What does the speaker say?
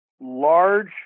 large